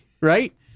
right